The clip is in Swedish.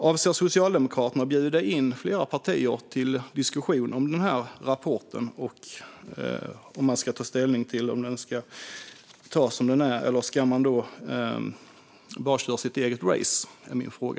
Avser Socialdemokraterna att bjuda in flera partier till diskussion om rapporten och om den ska tas som den är, eller ska ni bara köra ert eget race? Det är min fråga.